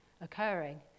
occurring